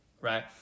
right